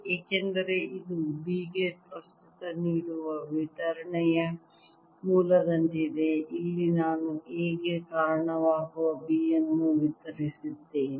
ಏಕೆಂದರೆ ಇದು B ಗೆ ಪ್ರಸ್ತುತ ನೀಡುವ ವಿತರಣೆಯ ಮೂಲದಂತಿದೆ ಇಲ್ಲಿ ನಾನು A ಗೆ ಕಾರಣವಾಗುವ B ಅನ್ನು ವಿತರಿಸಿದ್ದೇನೆ